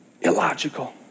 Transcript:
illogical